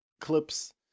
Clips